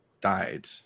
died